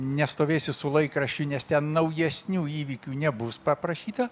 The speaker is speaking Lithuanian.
nestovėsi su laikraščiu nes ten naujesnių įvykių nebus paprašyta